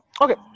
okay